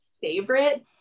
favorite